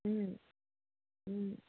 ও